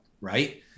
Right